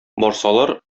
барсалар